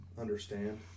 understand